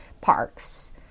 parks